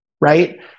right